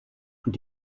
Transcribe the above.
und